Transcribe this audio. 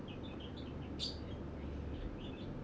news